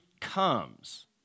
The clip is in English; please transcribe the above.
comes